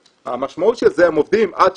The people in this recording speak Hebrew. והמשמעות של זה, הם עובדים עד